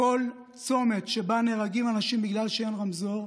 כל צומת שבו נהרגים אנשים בגלל שאין רמזור,